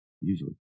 Usually